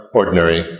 ordinary